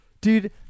dude